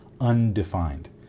undefined